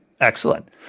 Excellent